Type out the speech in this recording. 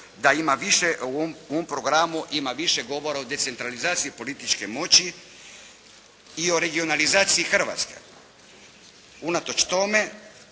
da ima više u ovom programu ima više govora o decentralizaciji političke moći i o regionalizaciji Hrvatske. Unatoč tome,